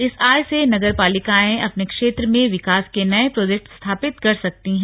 इस आय से नगर पालिकांए अपने क्षेत्र में विकास के नये प्रोजेक्ट स्थापित कर सकती हैं